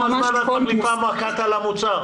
כל כמה זמן את מחליפה מק"ט על המוצר?